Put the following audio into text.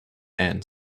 and